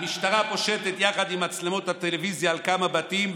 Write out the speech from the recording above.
המשטרה פושטת יחד עם מצלמות הטלוויזיה על כמה בתים,